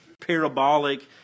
parabolic